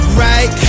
right